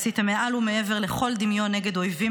עשיתם מעל ומעבר לכל דמיון נגד אויבים